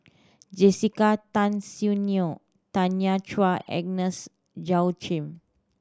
Jessica Tan Soon Neo Tanya Chua Agnes Joaquim